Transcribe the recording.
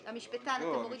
לא.